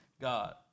God